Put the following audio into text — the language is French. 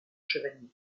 chevalier